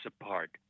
apart